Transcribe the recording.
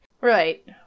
Right